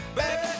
back